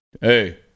hey